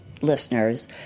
listeners